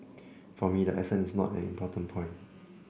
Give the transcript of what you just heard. for me the accent is not an important point